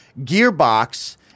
Gearbox